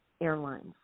airlines